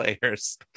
players